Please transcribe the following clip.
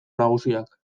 nagusiak